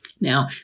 Now